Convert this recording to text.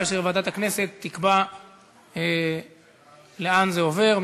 וועדת הכנסת תקבע לאן זה עובר.